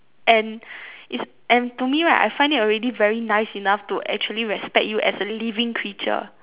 and is and to me right I find it already nice enough to actually respect you as a living creature